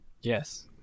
Yes